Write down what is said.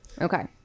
Okay